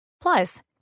Plus